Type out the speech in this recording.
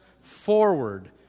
forward